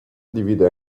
divide